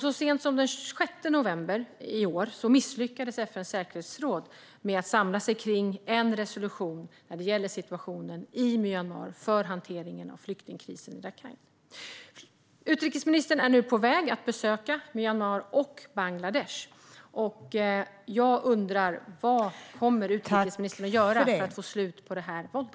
Så sent som den 6 november i år misslyckades FN:s säkerhetsråd med att samla sig kring en resolution när det gäller situationen i Myanmar för hanteringen av flyktingkrisen i Rakhine. Utrikesministern är nu på väg att besöka Myanmar och Bangladesh. Jag undrar: Vad kommer utrikesministern att göra för att få slut på detta våld?